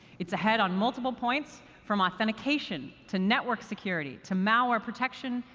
it's ahead on multiple points, from authentication, to network security, to malware protection,